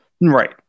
Right